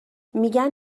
میگن